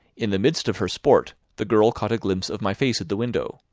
in the midst of her sport the girl caught a glimpse of my face at the window,